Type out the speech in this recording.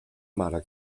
mare